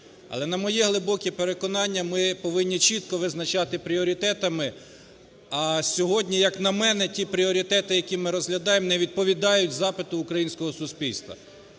Але, на моє глибоке переконання, ми повинні чітко визначати пріоритетами, а сьогодні, як на мене, ті пріоритети, які ми розглядаємо, не відповідають запиту українського суспільства.